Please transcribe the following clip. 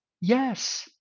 Yes